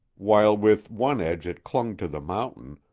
while with one edge it clung to the mountain,